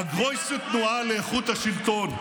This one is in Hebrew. א-גרויסע תנועה לאיכות השלטון.